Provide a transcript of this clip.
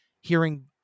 Hearing